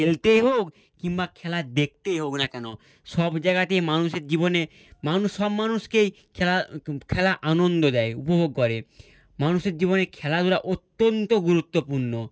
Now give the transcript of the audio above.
খেলতে হোক কিংবা খেলা দেখতেই হোক না কেন সব জায়গাতেই মানুষের জীবনে মানুষ সব মানুষকেই খেলা খেলা আনন্দ দেয় উপভোগ করে মানুষের জীবনে খেলাধুলা অত্যন্ত গুরুত্বপূর্ণ